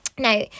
Now